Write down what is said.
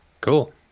Cool